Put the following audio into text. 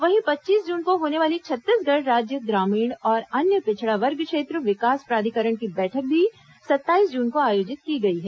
वहीं पच्चीस जून को होने वाली छत्तीसगढ़ राज्य ग्रामीण और अन्य पिछड़ा वर्ग क्षेत्र विकास प्राधिकरण की बैठक भी सताईस जून को आयोजित की गई है